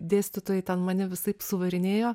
dėstytojai ten mane visaip suvarinėjo